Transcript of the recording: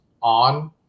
on